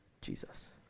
Jesus